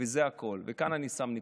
וזה הכול, וכאן אני שם נקודה.